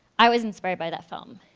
i was inspired by that film